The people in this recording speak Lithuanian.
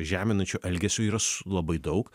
žeminančio elgesio yra labai daug